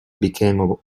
became